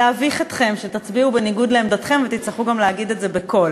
להביך אתכם כשתצביעו בניגוד לעמדתכם ותצטרכו גם להגיד את זה בקול.